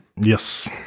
Yes